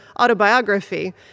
autobiography